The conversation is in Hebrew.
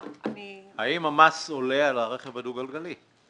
האם המס על הרכב הדו גלגלי עולה?